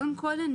קודם כול,